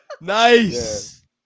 Nice